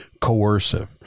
coercive